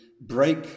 break